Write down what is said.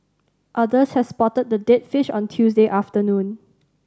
others had spotted the dead fish on Tuesday afternoon